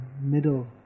middle